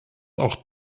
auch